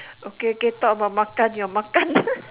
okay K talk about makan your makan